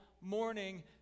morning